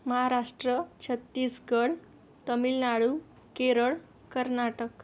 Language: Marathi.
महाराष्ट्र छत्तीसगठ तामिळनाडू केरळ कर्नाटक